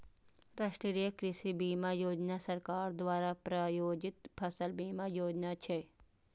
राष्ट्रीय कृषि बीमा योजना सरकार द्वारा प्रायोजित फसल बीमा योजना छियै